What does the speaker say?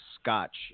scotch